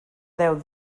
deu